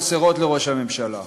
חסרות לראש הממשלה.